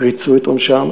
ריצו את עונשם.